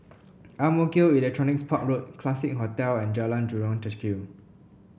Ang Mo Kio Electronics Park Road Classique Hotel and Jalan Jurong Kechil